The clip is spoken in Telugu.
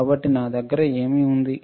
కాబట్టి నా దగ్గర ఏమి ఉంది